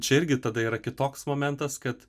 čia irgi tada yra kitoks momentas kad